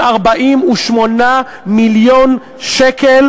עת, 248 מיליון שקל,